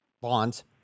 Bonds